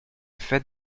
fête